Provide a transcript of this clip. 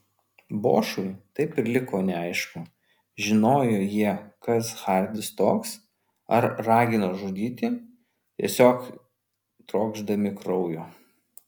bošui taip ir liko neaišku žinojo jie kas hardis toks ar ragino žudyti tiesiog trokšdami kraujo